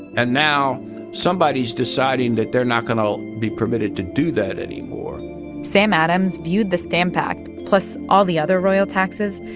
and now somebody's deciding that they're not going to be permitted to do that anymore sam adams viewed the stamp act, plus all the other royal taxes,